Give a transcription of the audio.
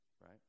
right